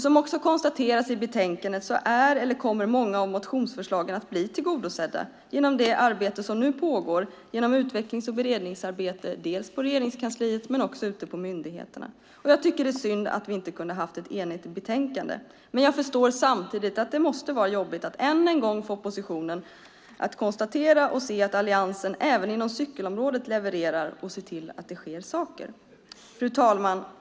Som också konstateras i betänkandet är eller kommer många av motionsförslagen att bli tillgodosedda genom det arbete som nu pågår genom utvecklings och beredningsarbete, dels i Regeringskansliet, dels ute på myndigheterna. Jag tycker att det är synd att vi inte kunde få ett enigt betänkande. Men jag förstår samtidigt att det måste vara jobbigt för oppositionen att än en gång konstatera och se att Alliansen även inom cykelområdet levererar och ser till att det sker saker. Fru talman!